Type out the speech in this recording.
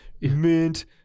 Mint